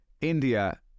India